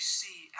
see